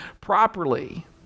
properly